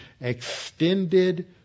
extended